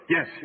Yes